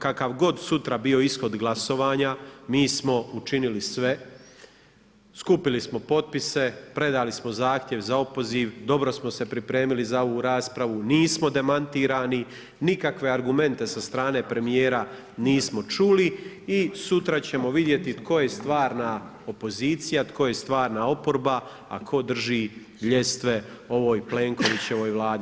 Kakav god sutra bio ishod glasovanja, mi smo učinili sve, skupili smo potpise, predali smo zahtjev za opoziv, dobro smo se pripremili za ovu raspravu, nismo demantirani, nikakve argumente sa strane premijera nismo čuli i sutra ćemo vidjeti tko je stvarna opozicija, tko je stvarna oporba, a tko drži ljestve ovoj Plenkovićevoj vladi.